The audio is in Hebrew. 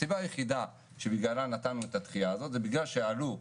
הסיבה היחידה שבגללה נתנו את הדחייה הזאת בגלל שעלו,